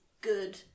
good